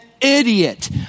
Idiot